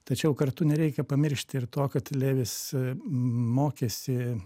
tačiau kartu nereikia pamiršti ir to kad levis mokėsi